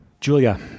Julia